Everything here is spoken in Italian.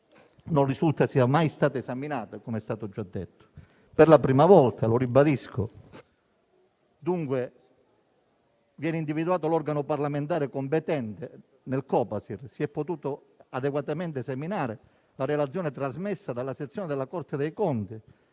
non risulta sia mai stata esaminata, come è stato già detto; per la prima volta - lo ribadisco - dunque viene individuato l'organo parlamentare competente nel Copasir; si è potuto adeguatamente esaminare la relazione trasmessa dalla sezione della Corte dei conti.